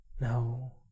No